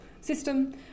system